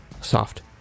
soft